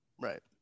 right